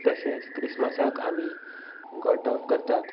तशेंच क्रिसमसाक आमी गोठो करतात